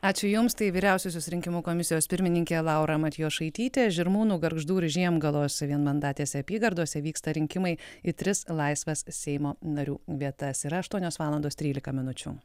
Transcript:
ačiū jums tai vyriausiosios rinkimų komisijos pirmininkė laura matjošaitytė žirmūnų gargždų ir žiemgalos vienmandatėse apygardose vyksta rinkimai į tris laisvas seimo narių vietas yra aštuonios valandos trylika minučių